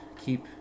keep